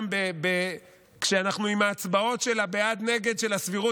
גם כשאנחנו עם ההצבעות של בעד נגד על הסבירות,